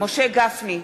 משה גפני,